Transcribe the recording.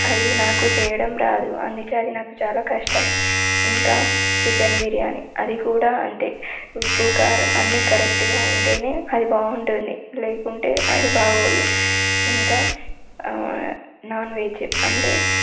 అది నాకు చేయడం రాదు అందుకే అది నాకు చాలా కష్టం ఇంకా చికెన్ బిర్యానీ అది కూడా అంతే ఉప్పు కారం అన్నీ కరెక్ట్గా ఉంటేనే అది బాగుంటుంది లేకుంటే అది బాగోదు ఇంకా నాన్వెజ్ అంటే